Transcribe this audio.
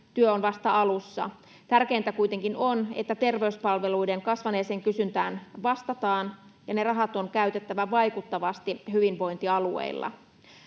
Työ on vasta alussa. Tärkeintä kuitenkin on, että terveyspalveluiden kasvaneeseen kysyntään vastataan, ja ne rahat on käytettävä vaikuttavasti hyvinvointialueilla.